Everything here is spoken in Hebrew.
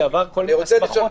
שהוא עבר כל מיני הסמכות.